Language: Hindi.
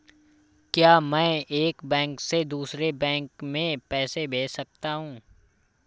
क्या मैं एक बैंक से दूसरे बैंक में पैसे भेज सकता हूँ?